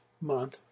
month